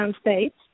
states